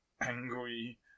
angry